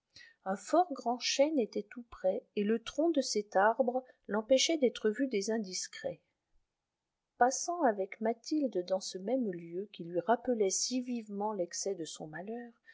un fort grand chêne était tout près et le tronc de cet arbre l'empêchait d'être vu des indiscrets passant avec mathilde dans ce même lieu qui lui rappelait si vivement l'excès de son malheur